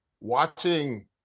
watching –